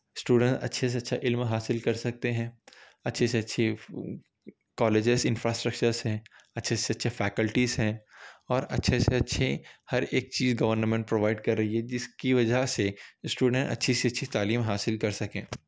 students اچھے سے اچھا علم حاصل کر سکتے ہیں اچھی سے اچھی کالجز انفراسٹرکچرس ہیں اچھے سے اچھے فیکلٹیز ہیں اور اچھے سے اچھے ہر ایک چیز گورنمنٹ پرووائڈ کر رہی جس کی وجہ سے اسٹوڈنس اچھی سے اچھی تعلیم حاصل کر سکیں